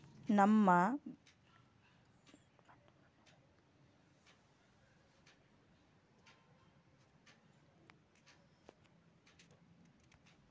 ನಮ್ಮ ಬೆಳೆಗಳ ಉತ್ಪನ್ನಗಳನ್ನ ಸ್ಥಳೇಯ ಮಾರಾಟಗಾರರಿಗಿಂತ ಕೇಂದ್ರ ಮಾರುಕಟ್ಟೆಯಲ್ಲಿ ಮಾರಾಟ ಮಾಡಬಹುದೇನ್ರಿ?